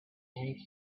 lives